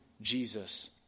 jesus